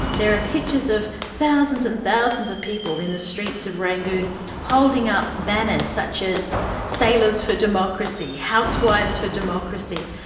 there are pictures of thousands and thousands of people in the streets of rangoon holding up banners such as sailors for democracy, democracy, housewives for democracy.